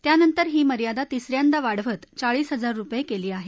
त्यानंतर ही मर्यादा तिस यांदा वाढवत चाळीस हजार रुपये केली आहे